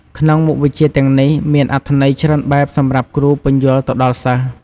ក្នុងមុខវិជ្ជាទាំងនេះ មានអត្ថន័យច្រើនបែបសម្រាប់គ្រូពន្យល់ទៅដល់សិស្ស។